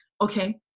Okay